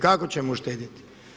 Kako ćemo uštedjeti?